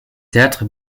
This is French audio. théâtre